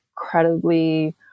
incredibly